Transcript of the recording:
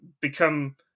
become